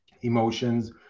emotions